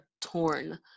torn